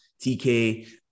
TK